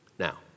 Now